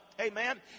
Amen